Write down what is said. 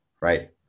right